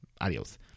adios